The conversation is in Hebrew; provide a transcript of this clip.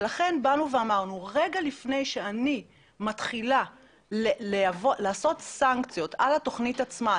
לכן אמרנו שרגע לפני שאני מתחילה לעשות סנקציות על התוכנית עצמה,